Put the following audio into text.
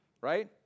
Right